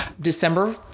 December